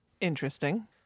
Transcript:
Interesting